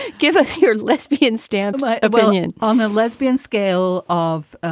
give us your lesbian stand like a billion on a lesbian scale of, ah